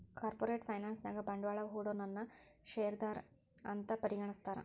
corporate finance ನ್ಯಾಗ ಬಂಡ್ವಾಳಾ ಹೂಡೊನನ್ನ ಶೇರ್ದಾರಾ ಅಂತ್ ಪರಿಗಣಿಸ್ತಾರ